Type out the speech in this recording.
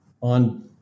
on